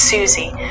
Susie